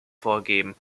vorgeben